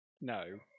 No